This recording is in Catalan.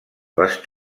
les